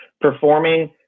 performing